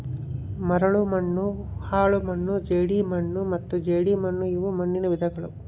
ಮರಳುಮಣ್ಣು ಹೂಳುಮಣ್ಣು ಜೇಡಿಮಣ್ಣು ಮತ್ತು ಜೇಡಿಮಣ್ಣುಇವು ಮಣ್ಣುನ ವಿಧಗಳು